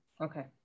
Okay